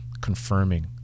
confirming